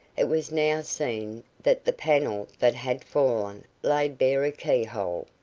it was now seen that the panel that had fallen laid bare a key-hole.